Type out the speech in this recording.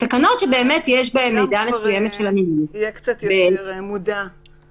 בפעם השנייה הוא כבר יהיה יותר מודע למעשה.